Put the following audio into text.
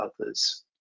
others